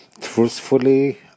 Truthfully